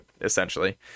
essentially